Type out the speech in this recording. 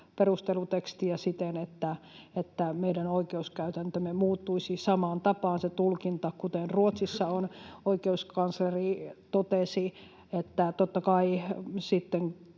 perustelutekstiä siten, että meidän oikeuskäytäntömme muuttuisi samaan tapaan, se tulkinta, kuten Ruotsissa on. Oikeuskansleri totesi,